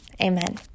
amen